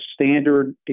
standard